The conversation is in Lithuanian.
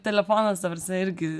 telefonas ta prasme irgi